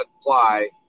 apply